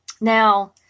Now